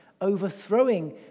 overthrowing